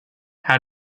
how